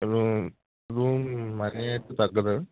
room room money అయితే తగ్గదు